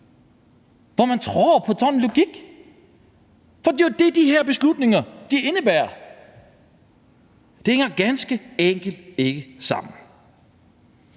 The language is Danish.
hvor man tror på sådan en logik? For det er jo det, som de her beslutninger indebærer. Det hænger ganske enkelt ikke sammen.